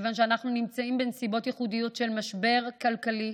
כיוון שאנחנו נמצאים בנסיבות ייחודיות של משבר כלכלי,